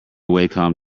wacom